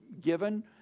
given